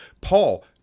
Paul